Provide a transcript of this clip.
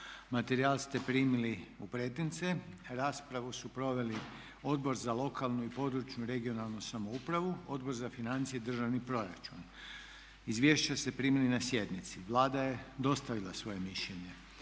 Materijal ste primili u pretince. Raspravu su proveli Odbor za lokalnu i područnu (regionalnu) samoupravu, Odbor za financije i državni proračun. Izvješća ste primili na sjednici. Vlada je dostavila svoje mišljenje.